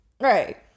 Right